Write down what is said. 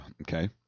Okay